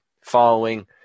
following